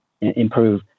improve